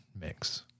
mix